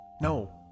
No